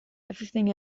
everything